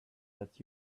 that